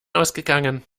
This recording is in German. ausgegangen